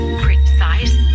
precise